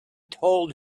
told